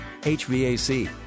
HVAC